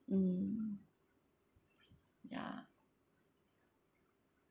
mm ya